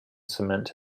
cement